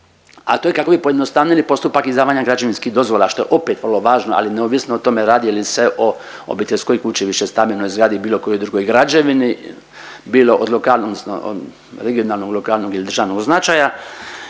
a to je kako bi pojednostavnili postupak izdavanja građevinskih dozvola što je opet vrlo važno, ali neovisno o tome radi li se o obiteljskoj kući, višestambenoj zgradi, bilo kojoj drugoj građevini bilo od lokalno odnosno regionalnog, lokalnog ili državnog značaja.